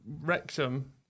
Wrexham